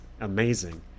amazing